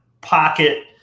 pocket